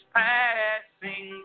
passing